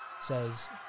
says